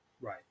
Right